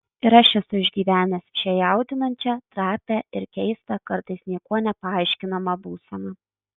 ir aš esu išgyvenęs šią jaudinančią trapią ir keistą kartais niekuo nepaaiškinamą būseną